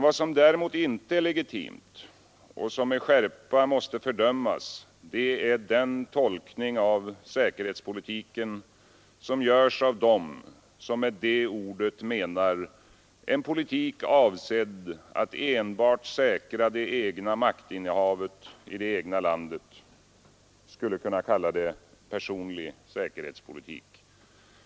Vad som däremot inte är legitimt och med skärpa måste fördömas är den tolkning av säkerhetspolitiken som görs av dem som med det ordet menar en politik avsedd att enbart säkra det egna maktinnehavet i det egna landet — låt mig kalla det en personlig säkerhetspolitik.